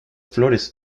flores